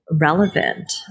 Relevant